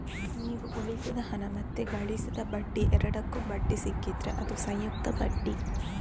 ನೀವು ಉಳಿಸಿದ ಹಣ ಮತ್ತೆ ಗಳಿಸಿದ ಬಡ್ಡಿ ಎರಡಕ್ಕೂ ಬಡ್ಡಿ ಸಿಕ್ಕಿದ್ರೆ ಅದು ಸಂಯುಕ್ತ ಬಡ್ಡಿ